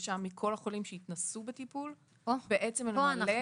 בבקשה מכל החולים שהתנסו בטיפול ונעלה